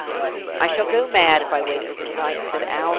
i shall go mad if i wait over the night, said allan.